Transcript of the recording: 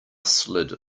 slid